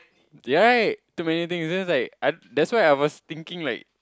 right too many things then I was like I that's why I was thinking like